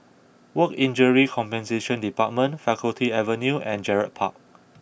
Work Injury Compensation Department Faculty Avenue and Gerald Park